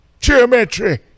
geometry